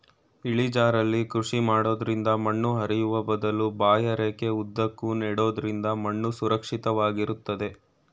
ಇಳಿಜಾರಲ್ಲಿ ಕೃಷಿ ಮಾಡೋದ್ರಿಂದ ಮಣ್ಣು ಹರಿಯುವ ಬದಲು ಬಾಹ್ಯರೇಖೆ ಉದ್ದಕ್ಕೂ ನೆಡೋದ್ರಿಂದ ಮಣ್ಣು ಸುರಕ್ಷಿತ ವಾಗಿರ್ತದೆ